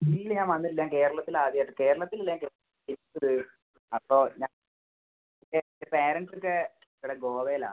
ഇല്ല ഞാൻ വന്നിട്ടില്ല ഞാൻ കേരളത്തിൽ ആദ്യമായിട്ട് കേരളത്തിൽ അല്ല ഞാൻ ജനിച്ചത് അപ്പോൾ ഞാൻ അത് പേരന്റ്സ് ഒക്കെ ഇവിടെ ഗോവയിലാണ്